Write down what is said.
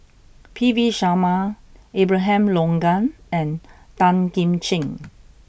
P V Sharma Abraham Logan and Tan Kim Ching